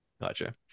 gotcha